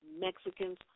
Mexicans